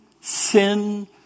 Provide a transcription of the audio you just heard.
sin